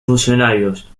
funcionarios